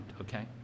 okay